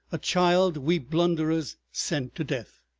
a child we blunderers sent to death!